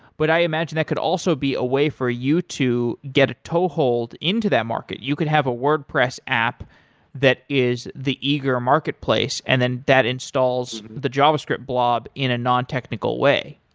but i imagine that could also be a way for you to get a toehold into that market. you could have a wordpress app that is the eager marketplace and then that installs the javascript blob in a non-technical way.